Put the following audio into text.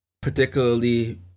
particularly